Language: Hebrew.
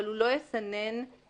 אבל הוא לא יסנן אתרים.